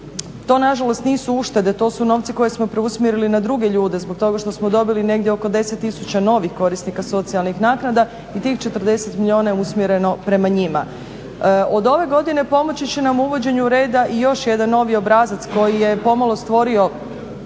To nažalost nisu uštede, to su novci koje smo preusmjerili na druge ljude zbog toga što smo dobili negdje oko deset tisuća novih korisnika socijalnih naknada i tih 40 milijuna je usmjereno prema njima. Od ove godine pomoći će nam uvođenju reda i još jedan novi obrazac koji je pomalo stvorio